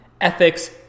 ethics